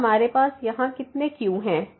तो अब हमारे यहाँ कितने q हैं